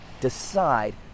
Decide